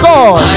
God